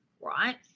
right